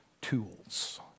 tools